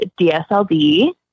Dsld